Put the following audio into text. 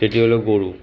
সেটি হলো গরু